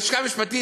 הלשכה המשפטית,